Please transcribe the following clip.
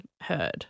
heard